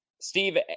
Steve